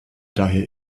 daher